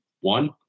one